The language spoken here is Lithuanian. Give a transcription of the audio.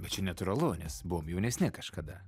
bet čia natūralu nes buvom jaunesni kažkada